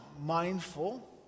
mindful